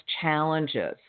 challenges